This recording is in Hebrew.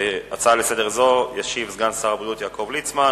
על הצעה זו לסדר-היום ישיב סגן שר הבריאות יעקב ליצמן,